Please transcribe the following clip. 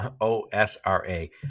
O-S-R-A